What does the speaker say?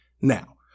Now